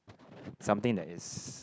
something that is